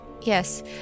Yes